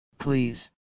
please